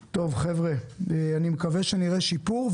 חבר'ה, אני מקווה שנראה שיפור.